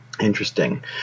interesting